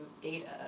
data